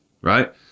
right